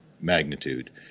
magnitude